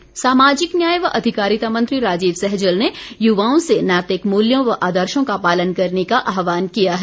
सहजल सामाजिक न्याय व अधिकारिता मंत्री राजीव सहजल ने युवाओं से नैतिक मूल्यों व आदर्शों का पालन करने का आहवान किया है